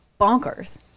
bonkers